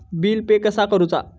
Bill pay कसा करुचा?